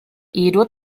edo